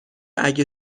اگه